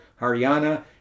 Haryana